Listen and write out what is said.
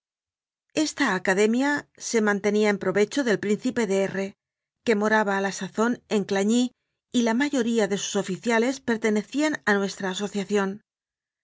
esta academia se mantenía en provecho del príncipe de r que moraba a la sazón en clagny y la mayoría de sus oficiales pertenecían a nuestra asociación